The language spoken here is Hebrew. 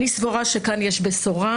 אני סבורה שיש כאן בשורה.